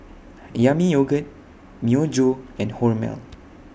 Yami Yogurt Myojo and Hormel